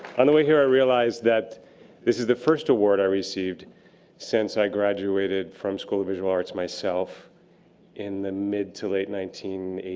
on the way here i realized that this is the first award i received since i graduated from school of visual arts myself in the mid-to-late nineteen